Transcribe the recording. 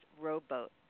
rowboat